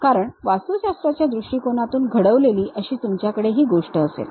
कारण वास्तुशास्त्राच्या दृष्टिकोनातून घडवलेली अशी तुमच्याकडे ही गोष्ट असेल